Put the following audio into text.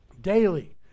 Daily